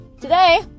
Today